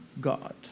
God